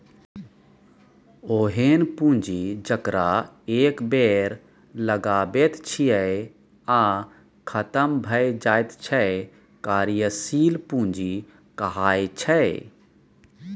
ओहेन पुंजी जकरा एक बेर लगाबैत छियै आ खतम भए जाइत छै कार्यशील पूंजी कहाइ छै